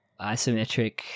Isometric